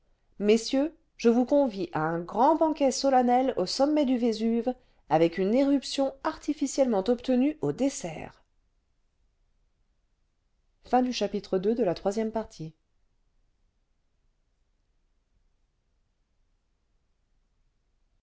messieurs je vous convie à un grand banquet solennel an sommet du vésuve avec une éruption artificiellement obtenue au dessert